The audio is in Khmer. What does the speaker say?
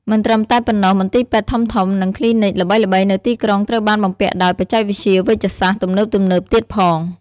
មិនត្រឹមតែប៉ុណ្ណោះ មន្ទីរពេទ្យធំៗ និងគ្លីនិកល្បីៗនៅទីក្រុងត្រូវបានបំពាក់ដោយ បច្ចេកវិទ្យាវេជ្ជសាស្ត្រទំនើបៗទៀតផង។